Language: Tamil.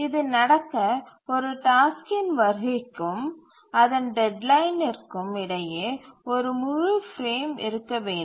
இது நடக்க ஒரு டாஸ்க்கின் வருகைக்கும் அதன் டெட்லைனிற்கும் இடையே ஒரு முழு பிரேம் இருக்க வேண்டும்